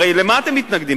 הרי למה אתם מתנגדים?